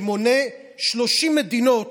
שמונה 30 מדינות